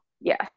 yes